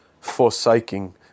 forsaking